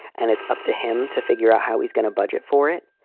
and it's up to him to figure out how he's going to budget for it.